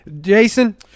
Jason